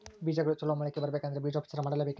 ಬೇಜಗಳು ಚಲೋ ಮೊಳಕೆ ಬರಬೇಕಂದ್ರೆ ಬೇಜೋಪಚಾರ ಮಾಡಲೆಬೇಕೆನ್ರಿ?